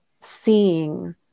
seeing